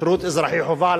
שירות אזרחי חובה,